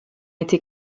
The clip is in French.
été